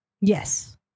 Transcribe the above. Yes